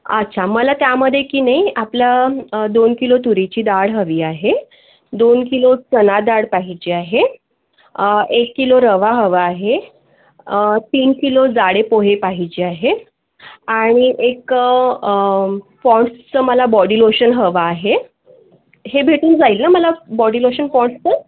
अच्छा मला त्यामध्ये की नाही आपलं दोन किलो तुरीची डाळ हवी आहे दोन किलो चना डाळ पाहिजे आहे एक किलो रवा हवा आहे तीन किलो जाडे पोहे पाहिजे आहेत आणि एक पाँड्सचं मला बॉडी लोशन हवं आहे हे भेटून जाईल ना मला बॉडी लोशन पाँड्सचं